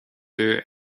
dom